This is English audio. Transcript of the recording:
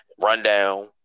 Rundown